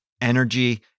energy